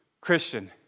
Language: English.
Christian